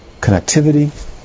connectivity